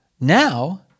now